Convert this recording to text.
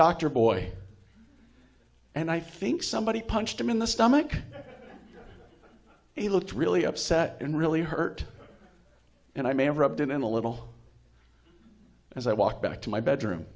doctor boy and i think somebody punched him in the stomach he looked really upset and really hurt and i may have rubbed it in a little as i walked back to my bedroom